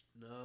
No